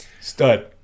Stud